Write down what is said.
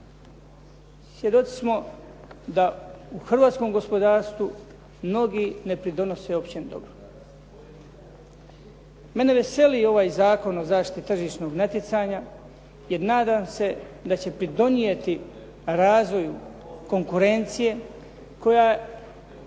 Svjedoci smo da u hrvatskom gospodarstvu mnogi ne pridonose općem dobru. Mene veseli ovaj Zakon o zaštiti tržišnog natjecanja jer nadam se da će pridonijeti razvoju konkurencije koja je